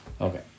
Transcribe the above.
Okay